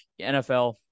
NFL